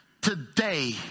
today